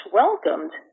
welcomed